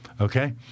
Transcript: okay